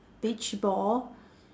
beach ball